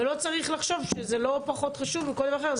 ולא צריך לחשוב שזה לא פחות חשוב מכל דבר אחר,